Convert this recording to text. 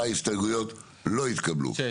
הצבעה ההסתייגויות נדחו ההסתייגויות